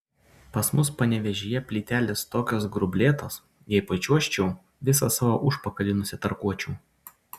pas mus panevėžyje plytelės tokios grublėtos jei pačiuožčiau visą savo užpakalį nusitarkuočiau